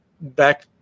back